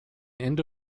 indo